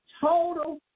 total